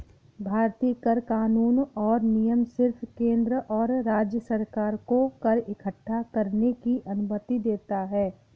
भारतीय कर कानून और नियम सिर्फ केंद्र और राज्य सरकार को कर इक्कठा करने की अनुमति देता है